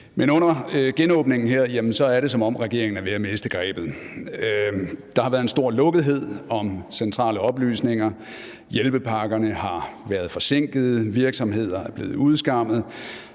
Men under genåbningen her er det, som om regeringen er ved at miste grebet. Der har været en stor lukkethed om centrale oplysninger. Hjælpepakkerne har været forsinkede, virksomheder er blevet udskammet,